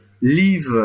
leave